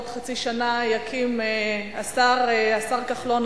בעוד חצי שנה יקים השר כחלון,